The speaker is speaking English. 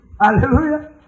Hallelujah